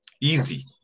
easy